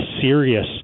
serious